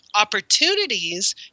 opportunities